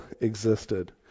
existed